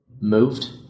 moved